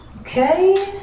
Okay